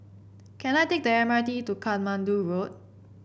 can I take the M R T to Katmandu Road